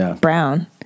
brown